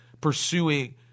pursuing